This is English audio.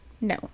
no